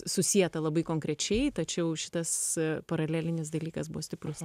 susieta labai konkrečiai tačiau šitas paralelinis dalykas buvo stiprus